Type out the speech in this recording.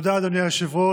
תודה, אדוני היושב-ראש.